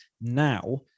now